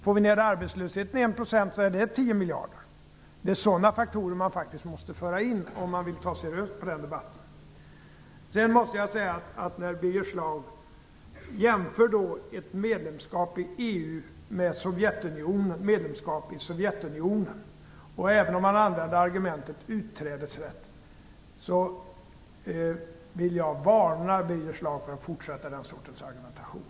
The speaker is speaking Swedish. Får vi ned arbetslösheten med 1 %, får vi in 10 miljarder kronor. Det är sådana faktorer som man måste föra in om man vill ta upp den debatten. med ett medlemskap i Sovjetunionen. Även om han använde argumentet om utträdesrätt vill jag varna Birger Schlaug för att fortsätta den sortens argumentation.